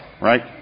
right